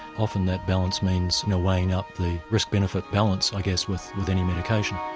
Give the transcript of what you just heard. often that balance means you know weighing up the risk benefit balance i guess with with any medication.